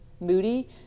Moody